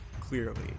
clearly